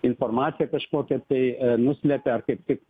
informaciją kažkokią tai nuslepia ar kaip tik